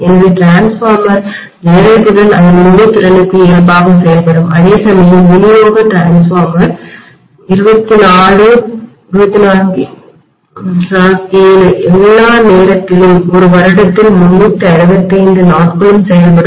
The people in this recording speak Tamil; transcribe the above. எனவே டிரான்ஸ்ஃபார்மர் மின்மாற்றிகள் ஜெனரேட்டருடன் அதன் முழு திறனுக்கும் இயல்பாக செயல்படும் அதேசமயம் விநியோக மின்மாற்றி டிரான்ஸ்ஃபார்மர்24 7 எல்லா நேரத்திலும் ஒரு வருடத்தில் 365 நாட்களும் செயல்படும்